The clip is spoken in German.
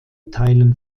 teilen